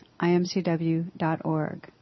imcw.org